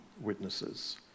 witnesses